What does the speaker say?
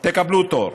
תקבלו תור.